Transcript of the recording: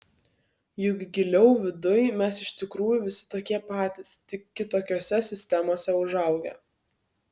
juk giliau viduj mes iš tikrųjų visi tokie patys tik kitokiose sistemose užaugę